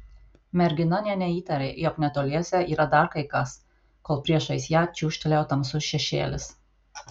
mergina nė neįtarė jog netoliese yra dar kai kas kol priešais ją čiūžtelėjo tamsus šešėlis